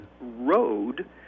Road